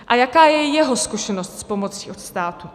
A jaká je jeho zkušenost s pomocí od státu?